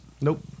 Nope